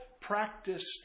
practiced